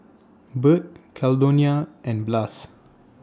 Burt Caldonia and Blas